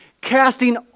casting